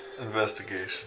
Investigation